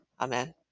Amen